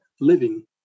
living